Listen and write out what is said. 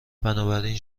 بنابراین